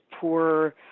poor